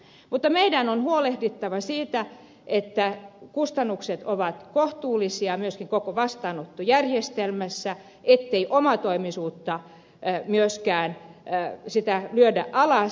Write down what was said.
mutta meidän on huolehdittava siitä että kustannukset ovat kohtuullisia myöskin koko vastaanottojärjestelmässä ettei omatoimisuutta myöskään lyödä alas